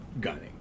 gunning